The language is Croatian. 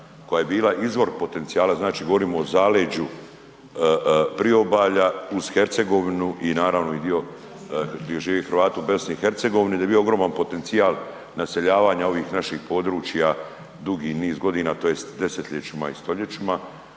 koja je bila izvor potencijala. Znači govorimo o Zaleđu Priobalja uz Hercegovinu i naravno i dio gdje žive Hrvati u BiH da je bio ogroman potencijal naseljavanja ovih naših područja dugi niz godina tj. desetljećima i stoljećima.